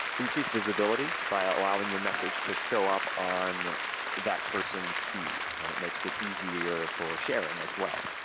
increase visibility by allowing your message to show up on that person's feed and it makes it easier for sharing as well.